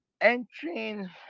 entering